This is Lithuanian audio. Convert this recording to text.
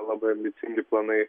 labai ambicingi planai